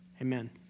amen